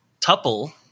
Tuple